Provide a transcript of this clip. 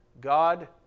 God